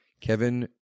Kevin